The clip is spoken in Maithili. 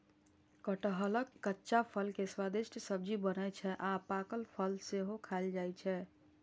कटहलक कच्चा फल के स्वादिष्ट सब्जी बनै छै आ पाकल फल सेहो खायल जाइ छै